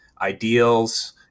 ideals